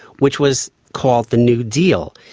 which was called the new deal.